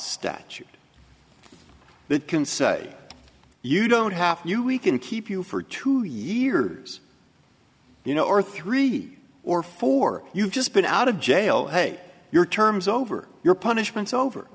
statute that can say you don't have you we can keep you for two years you know or three or four you've just been out of jail hey your terms over your punishments over